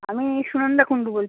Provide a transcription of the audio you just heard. আমি সুনন্দা কুন্ডু বলছি